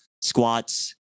squats